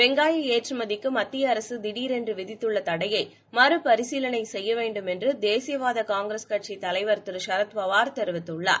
வெங்காய ஏற்றுமதிக்கு மத்திய அரசு திடீரென்று விதித்துள்ள தடையை மறு பரிசீலனை செய்ய வேண்டும் என்று தேசியவாத காங்கிரஸ் கட்சித் தலைவர் திரு ஷரத் பவார் தெரிவித்துள்ளார்